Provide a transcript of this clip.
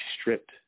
stripped